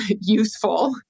useful